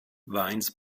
wines